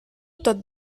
tot